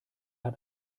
hat